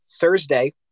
Thursday